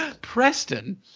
Preston